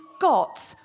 got